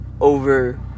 Over